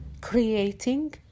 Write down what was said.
creating